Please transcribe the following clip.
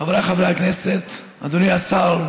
חבריי חברי הכנסת, אדוני השר,